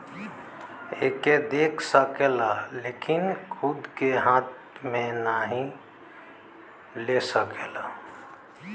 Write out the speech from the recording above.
एके देख सकला लेकिन खूद के हाथ मे नाही ले सकला